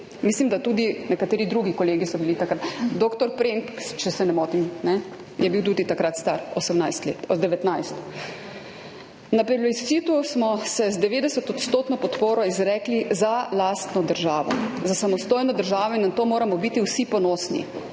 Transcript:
bili tudi nekateri drugi kolegi takrat, dr. Premk, če se ne motim, je bil tudi takrat star 18 let, 19. Na plebiscitu smo se z 90-odstotno podporo izrekli za lastno državo, za samostojno državo in na to moramo biti vsi ponosni,